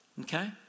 Okay